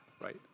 right